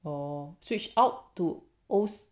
orh switched out to O